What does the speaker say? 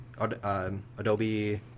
Adobe